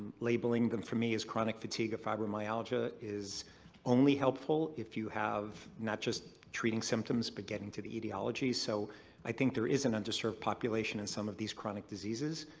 labeling them for me as chronic fatigue or fibromyalgia is only helpful if you have, not just treating symptoms, but getting to the etiology. so i think there is an underserved population in some of these chronic diseases